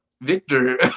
Victor